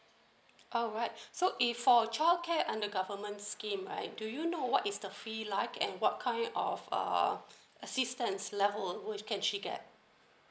alright so if for childcare under government scheme right do you know what is the fee like and what kind of uh assistance level which can she get